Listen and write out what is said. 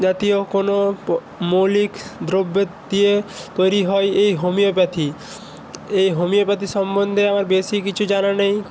জাতীয় কোনো প মৌলিক দ্রব্যের দিয়ে তৈরি হয় এই হোমিওপ্যাথি এই হোমিওপ্যাথি সম্বন্ধে আমার বেশি কিছু জানা নেই